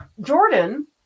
Jordan